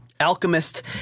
Alchemist